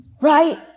Right